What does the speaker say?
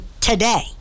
today